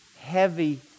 heavy